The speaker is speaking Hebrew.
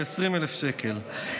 ב-20,000 שקלים.